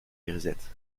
grisette